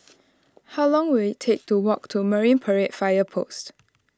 how long will it take to walk to Marine Parade Fire Post